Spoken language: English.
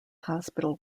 hospital